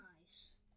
Nice